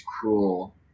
cruel